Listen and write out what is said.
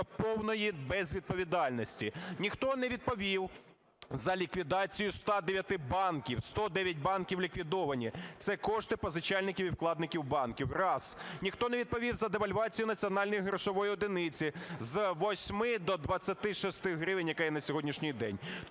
повної безвідповідальності. Ніхто не відповів за ліквідацію 109 банків, 109 банків ліквідовані. Це кошти позичальників і вкладників банків. Раз. Ніхто не відповів за девальвацію національної грошової одиниці з 8 до 26 гривень, яка є на сьогоднішній день.